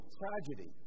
tragedy